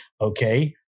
okay